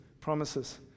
promises